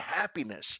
happiness